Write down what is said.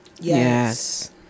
yes